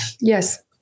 Yes